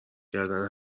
کردن